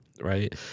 right